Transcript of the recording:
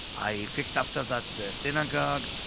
i fix after that the synagogue,